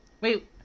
Wait